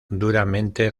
duramente